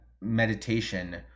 meditation